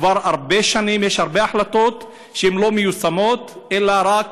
כבר הרבה שנים יש הרבה החלטות שלא מיושמות אלא הן רק